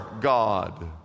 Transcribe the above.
God